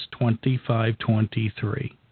25-23